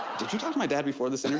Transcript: did you talk to my dad before this